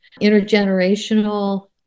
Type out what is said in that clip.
intergenerational